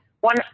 One